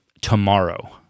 Tomorrow